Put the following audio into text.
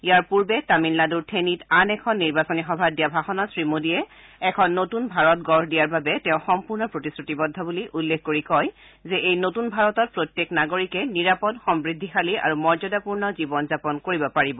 ইয়াৰ পূৰ্বে তামিলনাডুৰ থেনীত আন এখন নিৰ্বাচনী সভাত দিয়া ভাষণত শ্ৰীমোদীয়ে এখন নতুন ভাৰত গঢ় দিয়াৰ বাবে তেওঁ সম্পূৰ্ণ প্ৰতিশ্ৰতিবদ্ধ বুলি উল্লেখ কৰি কয় যে এই নতুন ভাৰতত প্ৰত্যেক নাগৰিকে নিৰাপদ সমৃদ্ধিশালী আৰু মৰ্য্যাদাপূৰ্ণ জীৱন যাপন কৰিব পাৰিব